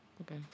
Okay